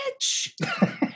bitch